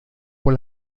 por